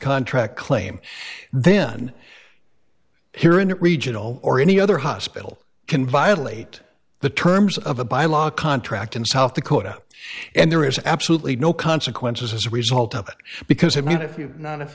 contract claim then herein regional or any other hospital can violate the terms of a by law contract in south dakota and there is absolutely no consequences as a result of it because have not if you are not